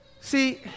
See